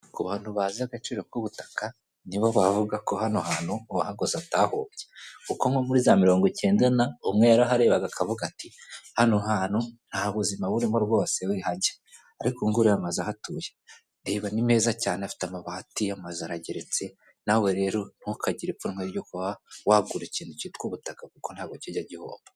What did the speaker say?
Ku bantu bazi agaciro k'ubutaka nibo bavuga ko hano hantu uwahagoze atahombye, kuko nko muri za mirongo icyenda na, umwe yaraharebaga akavuga ati hano hantu nta buzima burimo rwose wihajya, ariko ubu reba amazu atuye, reba ni meza cyane afite amabati, amazu arageretse, nawe rero ntukagire ipfunwe ryo kuba wagura ikintu cyitwa ubutaka kuko ntabwo kijya gihomba.